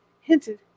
hinted